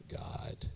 God